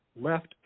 left